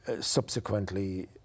subsequently